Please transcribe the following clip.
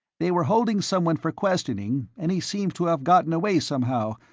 they were holding someone for questioning, and he seems to have gotten away somehow,